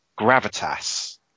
gravitas